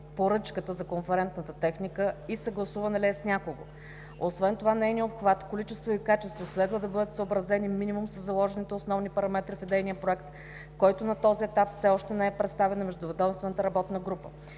поръчката за конферентната техника и съгласувана ли е с някого. Освен това нейният обхват, количество и качество следва да бъдат съобразени минимум със заложените основни параметри в идейния проект, който на този етап все още не е представен на Междуведомствената работна група.